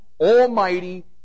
almighty